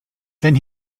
then